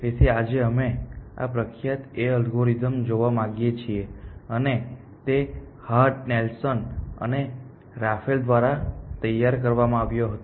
તેથી આજે અમે આ પ્રખ્યાત A અલ્ગોરિધમ જોવા માંગીએ છીએ અને તે હાર્ટ નેલ્સન અને રાફેલ દ્વારા તૈયાર કરવામાં આવ્યો હતો